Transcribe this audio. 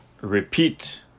Repeat